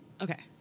Okay